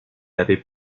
avait